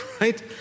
Right